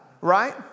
right